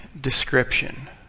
description